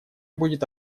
будет